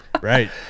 right